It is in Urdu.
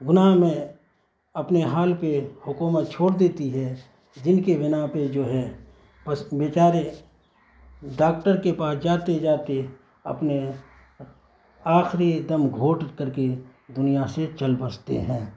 گناہ میں اپنے حال پہ حکومت چھوڑ دیتی ہے جن کے بنا پہ جو ہے بس بیچارے ڈاکٹر کے پاس جاتے جاتے اپنے آخری دم گھوٹ کر کے دنیا سے چل بستے ہیں